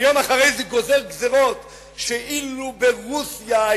ויום אחרי זה גוזר גזירות שלו התקבלו היום ברוסיה,